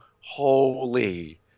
holy